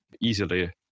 easily